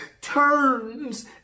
turns